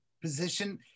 position